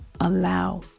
allow